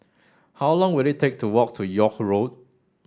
how long will it take to walk to York Road